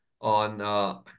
on